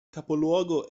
capoluogo